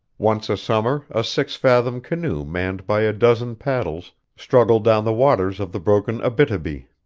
once a summer a six-fathom canoe manned by a dozen paddles struggled down the waters of the broken abitibi.